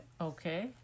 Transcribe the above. Okay